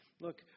Look